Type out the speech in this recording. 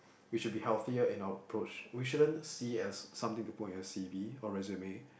we should be healthier in our approach we shouldn't see as something depoint at C_V or resume